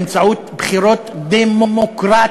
באמצעות בחירות דמוקרטיות,